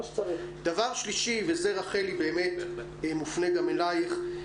דבר שלישי, וזה, רחלי, באמת מופנה גם אלייך.